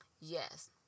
Yes